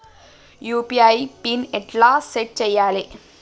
UPI PIN ఎట్లా set చేయాలే?